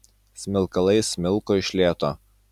smilkalai smilko iš lėto